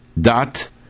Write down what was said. dot